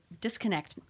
disconnect